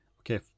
Okay